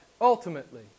ultimately